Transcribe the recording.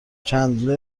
چندلر